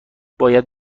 باید